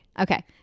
Okay